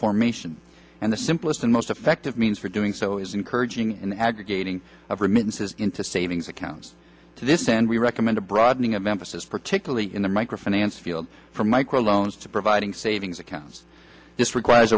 formation and the simplest and most effective means for doing so is encouraging and aggregating of remittances into savings accounts to this and we recommend a broadening of emphasis particularly in the micro finance field from micro loans to providing savings accounts this requires